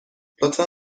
لطفا